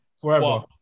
Forever